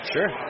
Sure